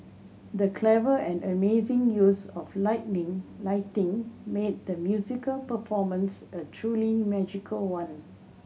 the clever and amazing use of lightning lighting made the musical performance a truly magical one